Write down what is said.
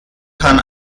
kann